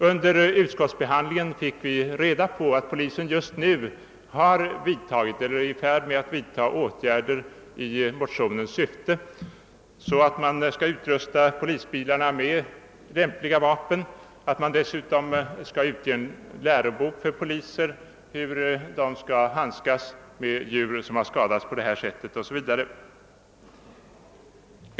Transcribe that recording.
Under utskottsbehandlingen fick vi reda på att polisen just nu har vidtagit eller är i färd med att vidtaga åtgärder i motionernas syfte. I polisbilarna skall alltså medföras lämpliga vapen och dessutom skall det ges ut en lärobok för poliserna om hur de skall handskas med djur som skadats i trafiken 90. s. v.